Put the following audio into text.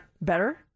Better